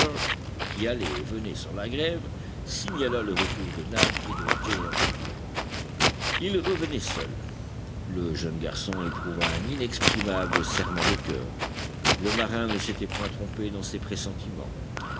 qui allait et venait sur la grève signala le retour de nab et de gédéon spilett ils revenaient seuls le jeune garçon éprouva un inexprimable serrement de coeur le marin ne s'était point trompé dans ses pressentiments